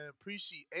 Appreciate